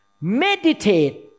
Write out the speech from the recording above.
meditate